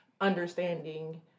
understanding